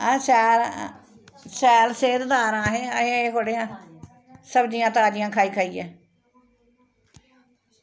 अस शैल आं शैल सेह्तदार आं अस अस एह् थोह्ड़े आं सब्जियां ताजियां खाई खाइयै